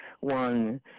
one